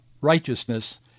righteousness